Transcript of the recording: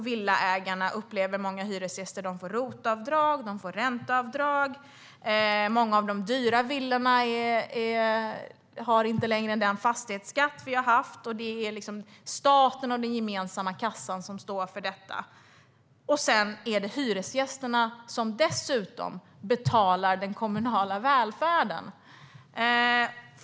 Villaägarna får ROT-avdrag och ränteavdrag, och många av de dyra villorna har inte längre någon fastighetsskatt. Det är staten och den gemensamma kassan som står för detta. Men dessutom är det hyresgästerna som betalar den kommunala välfärden.